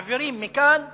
מעבירים מכאן לשם.